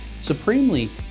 Supremely